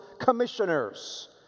commissioners